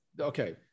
Okay